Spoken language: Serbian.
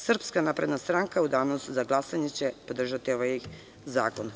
Srpska napredna stranka u danu za glasanje će podržati ovaj zakon.